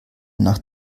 nach